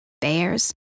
bears